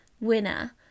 winner